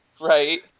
right